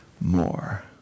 more